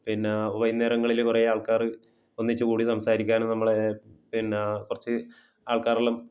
പിന്നെ വൈകുന്നേരങ്ങളിൽ കുറേ ആൾക്കാർ ഒന്നിച്ച് കൂടി സംസാരിക്കാനും നമ്മളെ പിന്നെ കുറച്ച് ആൾക്കാരെല്ലാം